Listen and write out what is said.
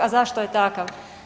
A zašto je takav?